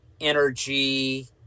energy